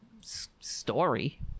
story